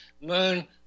moon